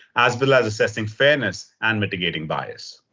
as well as assessing fairness and mitigating bias.